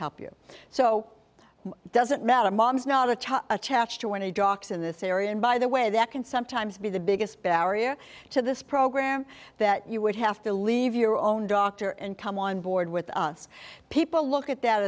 help you so it doesn't matter mom's not to attach to any docs in this area and by the way that can sometimes be the biggest barrier to this program that you would have to leave your own doctor and come on board with us people look at that